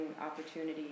opportunity